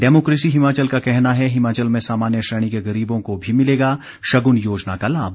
democracy Himachal का कहना है हिमाचल में सामान्य श्रेणी के गरीबों को भी मिलेगा शगुन योजना का लाभ